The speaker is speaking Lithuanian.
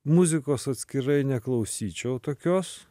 muzikos atskirai neklausyčiau tokios